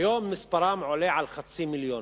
כיום מספרם עולה על חצי מיליון,